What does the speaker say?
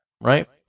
right